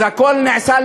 אז הכול נעשה,